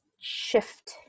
shift